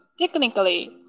technically